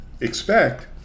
expect